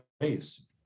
ways